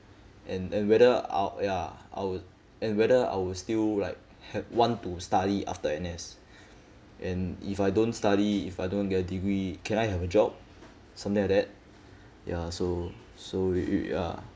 and and whether I'll ya I'll and whether I will still like have want to study after N_S and if I don't study if I don't get a degree can I have a job something like that ya so so we we ya